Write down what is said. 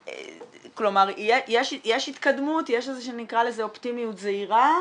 כלומר, יש התקדמות, יש איזושהי אופטימיות זהירה,